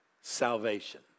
salvation